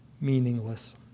meaningless